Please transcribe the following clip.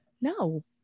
No